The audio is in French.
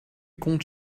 comptes